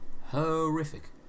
Horrific